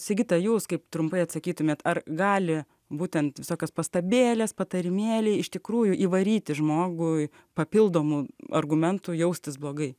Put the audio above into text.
sigita jūs kaip trumpai atsakytumėt ar gali būtent visokios pastabėlės patarimėliai iš tikrųjų įvaryti žmogui papildomų argumentų jaustis blogai